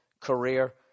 career